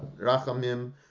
rachamim